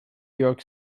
york